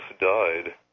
died